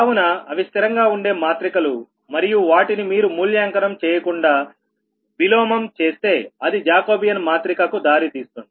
కావున అవి స్థిరంగా ఉండే మాత్రికలు మరియు వాటిని మీరు మూల్యాంకనం చేయకుండా విలోమం చేస్తే అది జాకోబియాన్ మాత్రిక కు దారి తీస్తుంది